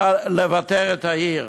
לבתר את העיר,